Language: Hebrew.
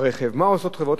מה עושות חברות הביטוח?